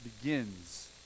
Begins